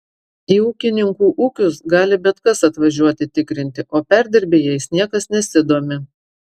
į ūkininkų ūkius gali bet kas atvažiuoti tikrinti o perdirbėjais niekas nesidomi